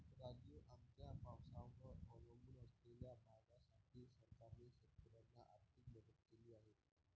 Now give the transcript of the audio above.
राजू, आमच्या पावसावर अवलंबून असलेल्या भागासाठी सरकारने शेतकऱ्यांना आर्थिक मदत केली आहे